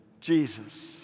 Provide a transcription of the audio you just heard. Jesus